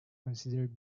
considered